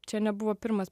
čia nebuvo pirmas